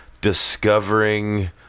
discovering